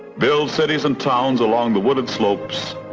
build cities and towns along the wooded slopes,